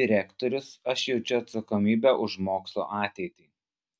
direktorius aš jaučiu atsakomybę už mokslo ateitį